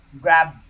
grab –